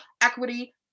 equity